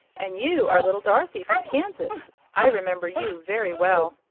and you are little dorothy, from kansas. i remember you very well.